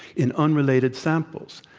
in unrelated samples.